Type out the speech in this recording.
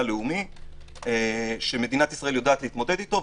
לאומי שמדינת ישראל יודעת להתמודד אתו,